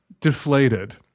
deflated